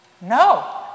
No